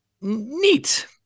neat